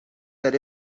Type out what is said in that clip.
that